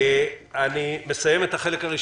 אני מסיים את הישיבה.